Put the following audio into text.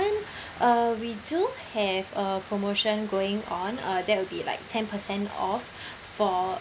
uh we do have a promotion going on uh that would be like ten percent off for